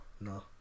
no